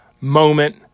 moment